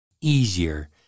easier